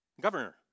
Governor